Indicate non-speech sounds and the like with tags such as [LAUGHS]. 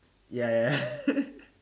ya ya ya [LAUGHS]